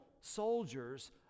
soldiers